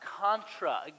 contra